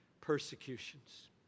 persecutions